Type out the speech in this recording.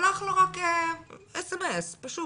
שלח לו רק SMS פשוט